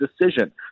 decision